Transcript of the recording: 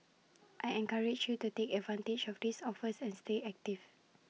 I encourage you to take advantage of these offers and stay active